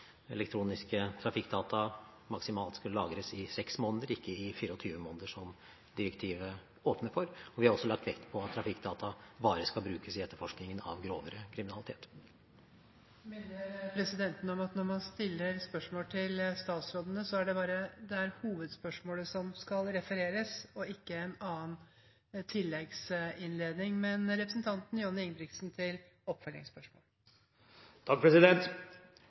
elektroniske trafikkdata maksimalt skal lagres i 6 måneder, ikke i 24 måneder, som direktivet åpner for. Vi har også lagt vekt på at trafikkdata bare skal brukes i etterforskningen av grovere kriminalitet. Presidenten minner om at når man stiller spørsmål til statsrådene, er det bare hovedspørsmålet som skal refereres, og ikke en annen